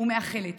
ומאחלת